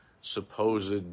supposed